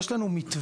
יש לנו מתווה,